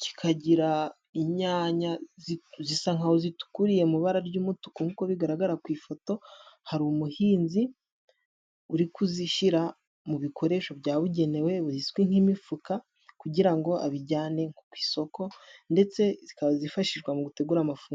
kikagira inyanya zisa nk'aho zitukuriye mu ibara ry'umutuku nk'uko bigaragara ku ifoto, hari umuhinzi uri kuzishyira mu bikoresho byabugenewe bizwi nk'imifuka, kugira ngo azijyane ku isoko, ndetse zikaba zifashishwa mu gutegura amafunguro.